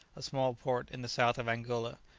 a small port in the south of angola,